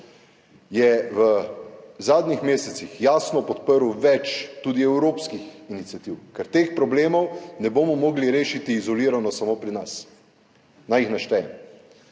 je v zadnjih mesecih jasno podprl tudi več evropskih iniciativ, ker teh problemov ne bomo mogli rešiti izolirano samo pri nas. Naj jih naštejem: